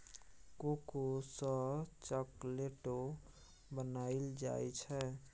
cocoa सँ चाकलेटो बनाइल जाइ छै